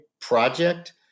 project